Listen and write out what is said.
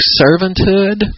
servanthood